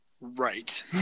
Right